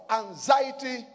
anxiety